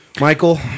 Michael